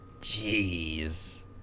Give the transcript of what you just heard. Jeez